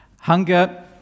Hunger